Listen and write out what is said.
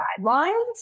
guidelines